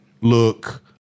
look